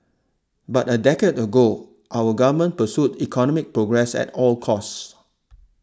but a decade ago our Government pursued economic progress at all costs